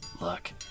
look